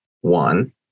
one